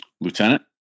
lieutenant